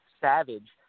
savage